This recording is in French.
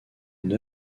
une